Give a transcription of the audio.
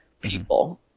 people